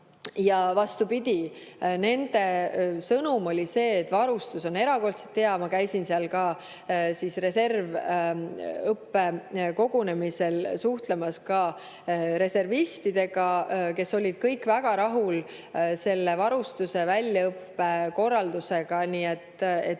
Ja vastupidi, nende sõnum oli see, et varustus on erakordselt hea. Ma käisin seal ka reservõppekogunemisel suhtlemas reservistidega, kes olid kõik väga rahul selle varustuse ja väljaõppe korraldusega. Nii et